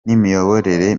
n’imiyoborere